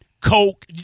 coke